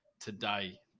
today